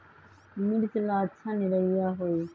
मिर्च ला अच्छा निरैया होई?